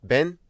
Ben